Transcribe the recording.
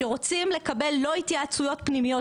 שרוצים לקבל לא התייעצויות פנימית,